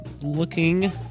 looking